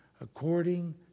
according